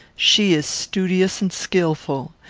she is studious and skilful.